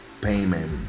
payment